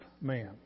man